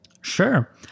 Sure